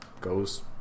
goes